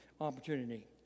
opportunity